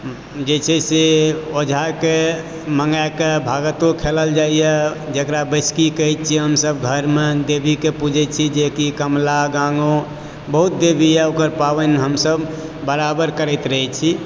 जे छै से औझाके मँगाके भगतो खेलल जाइए जेकरा बैसकी कहय छियै हमसभ घरमऽ देवीके पूजय छी जेकि कमला गङ्गो बहुत देवी यऽ ओकर पाबनि हमसभ बराबर करैत रहय छी